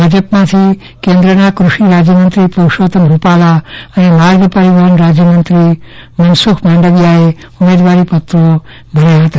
ભાજપમાંથી કેન્દ્રના કૃષિ રાજ્યમંત્રી પુરુષોત્તમ રૂપાલા અને માર્ગ પરિવહન રાજ્યમંત્રી મનસુખ માંડવીયાએ ઉમેદવારીપત્રોભર્યા હતા